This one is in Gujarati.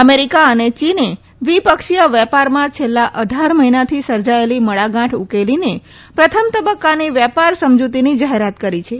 અમેરિકા અને ચીને દ્વિપક્ષીય વેપારમાં છેલ્લા અઢાર મહિનાથી સર્જાયેલી મડાગાંઠ ઉકેલીને પ્રથમ તબક્કાની વેપાર સમજૂતીની જાહેરાત કરી છે